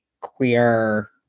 queer